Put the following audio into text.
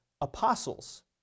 apostles